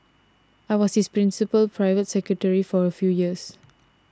I was his principal private secretary for a few years